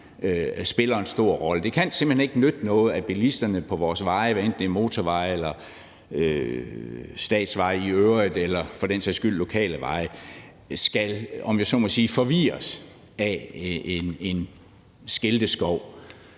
spiller en stor rolle. Det kan simpelt hen ikke nytte noget, at bilisterne på vores veje, hvad enten det er motorveje eller statsveje i øvrigt eller for den sags skyld lokale veje, skal, om jeg så må sige,